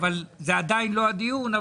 זה עדיין לא הדיון.